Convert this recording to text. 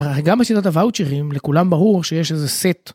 גם בשיטת הוואוצ'ירים לכולם ברור שיש איזה סט.